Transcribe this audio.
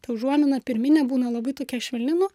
ta užuomina pirminė būna labai tokia švelni nu